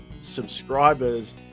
subscribers